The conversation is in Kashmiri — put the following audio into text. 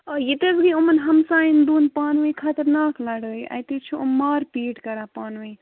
آ ییٚتہِ حظ گٔے یِمَن ہمسایَن دۄن پانہٕ ؤنۍ خطرناک لَڑٲے اَتہِ حظ چھِ یِم مار پیٖٹ کَران پانہٕ ؤنۍ